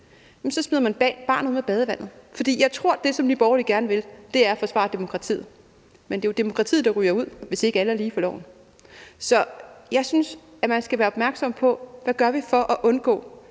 så smider man barnet ud med badevandet. For jeg tror, at det, som Nye Borgerlige gerne vil, er at forsvare demokratiet, men det er jo demokratiet, der ryger ud, hvis ikke alle er lige for loven. Så jeg synes, at man skal være opmærksom på, hvad vi gør for at undgå